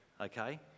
okay